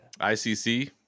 icc